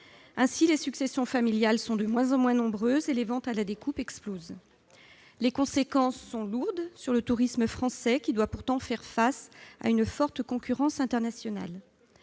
fait, les successions familiales sont de moins en moins nombreuses, et les ventes à la découpe se multiplient. Les conséquences en sont lourdes pour le tourisme français, qui doit faire face à une forte concurrence internationale.